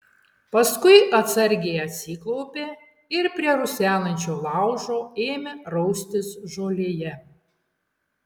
paskui atsargiai atsiklaupė ir prie rusenančio laužo ėmė raustis žolėje